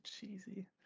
cheesy